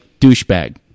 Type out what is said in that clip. douchebag